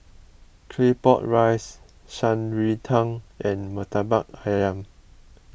Claypot Rice Shan Rui Tang and Murtabak Ayam